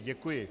Děkuji.